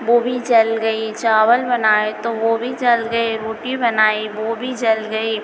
वह भी जल गई चावल बनाए तो वह भी जल गए रोटी बनाई वह भी जल गई